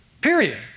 period